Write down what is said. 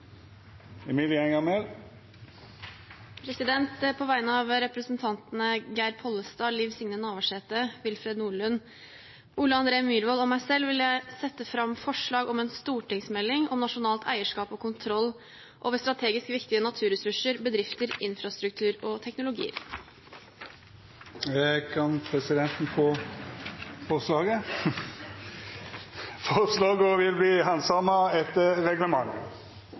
På vegne av representantene Geir Pollestad, Liv Signe Navarsete, Willfred Nordlund, Ole André Myhrvold og meg selv vil jeg sette fram forslag om en stortingsmelding om nasjonalt eierskap og kontroll over strategisk viktige naturressurser, bedrifter, infrastruktur og teknologi. Forslaga vil verta handsama etter reglementet.